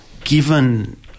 given